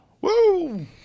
Woo